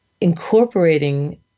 incorporating